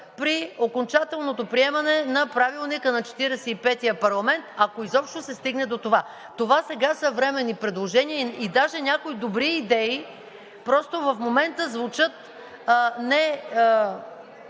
при окончателното приемане на Правилника за Четиридесет и петия парламент, ако изобщо се стигне до това. Това сега са временни предложения и даже някои добри идеи просто в момента звучат